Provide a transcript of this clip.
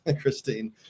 Christine